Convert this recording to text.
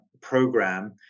program